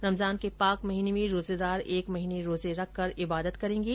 रमजान के पाक महीने में रोजेदार एक महीने रोजे रखकर इबादत करेंगे